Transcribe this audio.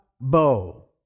bow